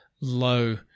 low